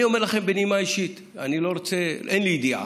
אני אומר לכם, בנימה אישית, אין לי ידיעה: